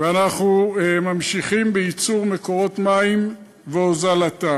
אנחנו ממשיכים בייצור מקורות מים והוזלתם.